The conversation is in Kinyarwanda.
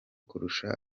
kurusha